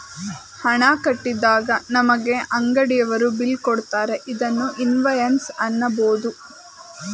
ಹಣ ಕಟ್ಟಿದಾಗ ನಮಗೆ ಅಂಗಡಿಯವರು ಬಿಲ್ ಕೊಡುತ್ತಾರೆ ಇದನ್ನು ಇನ್ವಾಯ್ಸ್ ಅನ್ನಬೋದು